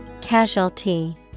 Casualty